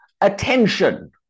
attention